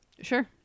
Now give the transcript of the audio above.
Sure